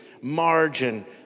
margin